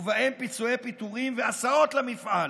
ובהם פיצויי פיטורין והסעות למפעל.